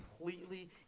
completely